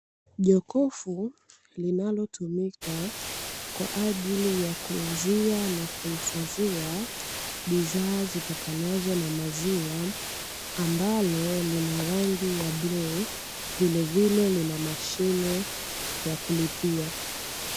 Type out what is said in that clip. Jokofu linalotumika kwa ajili ya kuuzia na kuhifadhia bidhaa zitokanazo na maziwa ambalo lina rangi ya bluu vilevile lina mashine ya kulipia.